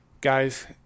guys –